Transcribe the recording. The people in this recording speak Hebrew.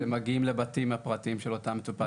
נכון, שמגיעים לבתים הפרטיים של אותם המטופלים.